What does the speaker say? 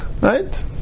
right